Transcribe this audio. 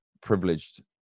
privileged